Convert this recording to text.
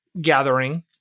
gathering